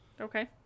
Okay